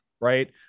Right